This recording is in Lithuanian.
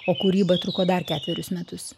o kūryba truko dar ketverius metus